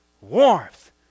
warmth